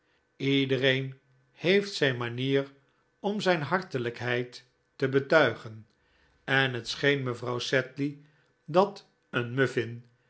iedereen heeft zijn manier om zijn hartelijkheid te betuigen en het scheen mevrouw sedley dat een muffin